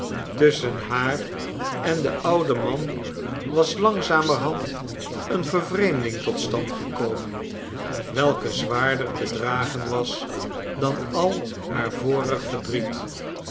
tusschen haar en den ouden man was langzamerhand eene vervreemding tot stand gekomen welke zwaarder te dragen was dan al haar vorig verdriet